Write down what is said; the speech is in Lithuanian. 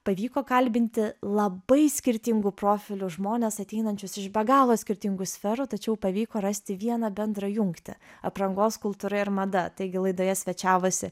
pavyko kalbinti labai skirtingų profilių žmones ateinančius iš be galo skirtingų sferų tačiau pavyko rasti vieną bendrą jungtį aprangos kultūra ir mada taigi laidoje svečiavosi